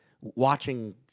watching